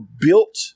built